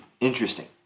Interesting